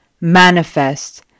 manifest